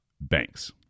banks